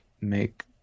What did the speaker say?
make